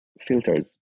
filters